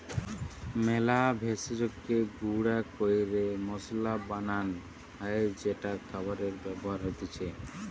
মেলা ভেষজকে গুঁড়া ক্যরে মসলা বানান হ্যয় যেটা খাবারে ব্যবহার হতিছে